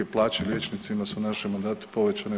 Plaće liječnicima su u našem mandatu povećane 40%